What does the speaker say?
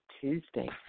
Tuesday